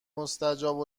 مستجاب